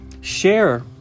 Share